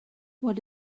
what